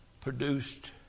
produced